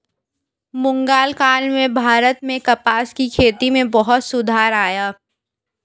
मुग़ल काल में भारत में कपास की खेती में बहुत सुधार आया